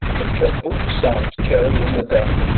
in top-boots and carrying a gun,